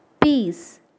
peace